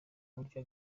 buryo